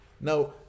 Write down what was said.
Now